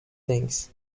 things